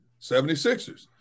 76ers